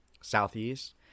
southeast